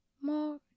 more